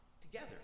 together